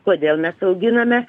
kodėl mes auginame